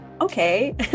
okay